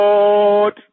Lord